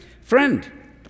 Friend